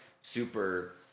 super